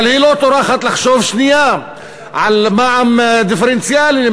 אבל היא לא טורחת לחשוב שנייה על מע"מ דיפרנציאלי,